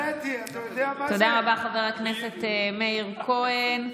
תודה רבה, חבר הכנסת מאיר כהן.